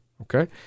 okay